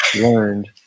learned